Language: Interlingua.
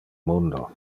mundo